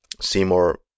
Seymour